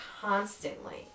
constantly